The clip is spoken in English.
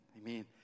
Amen